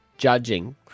judging